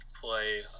play